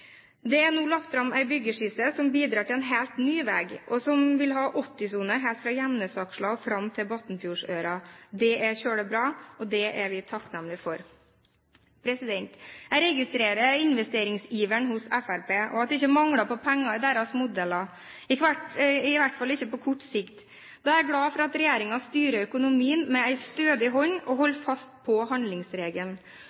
Det er nå lagt fram en byggeskisse som bidrar til en helt ny vei som vil ha 80-sone helt fra Gjemnesaksla og fram til Batnfjordsøra. Det er veldig bra, og det er vi takknemlige for. Jeg registrerer investeringsiveren hos Fremskrittspartiet og at det ikke mangler på penger i deres modeller, i hvert fall ikke på kort sikt. Da er jeg glad for at regjeringen styrer økonomien med en stødig hånd og